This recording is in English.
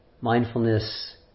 Mindfulness